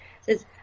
Says